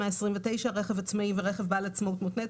129) (רכב עצמאי ורכב בעל עצמאות מותנית),